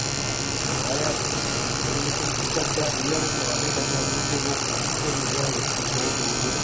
तो ले यार वाह यार बोले लेकिन दिक्कत क्या है भैया वो पुराने टेक्नोलॉजी को लोग समझते नहीं हैं और उसको तोड़ तोड़ के